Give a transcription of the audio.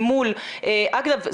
אגב,